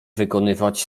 wykonywać